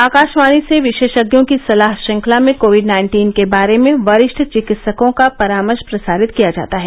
आकाशवाणी से विशेषज्ञों की सलाह श्रृंखला में कोविड नाइन्टीन के बारे में वरिष्ठ चिकित्सकों का परामर्श प्रसारित किया जाता है